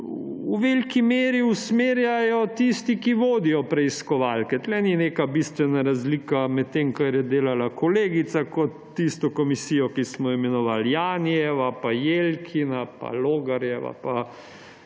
v veliki meri usmerjajo tisti, ki vodijo preiskovalke. Tu ni neka bistvena razlika med tem, kar je delala kolegica, kot tisto komisijo, ki smo jo imenovali Janijeva, pa Jelkina, pa Logarjeva, pa